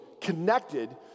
connected